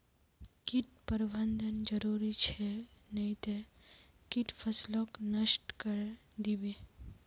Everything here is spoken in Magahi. कीट प्रबंधन जरूरी छ नई त कीट फसलक नष्ट करे दीबे